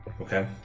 Okay